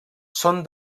són